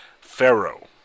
pharaoh